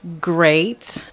great